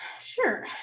Sure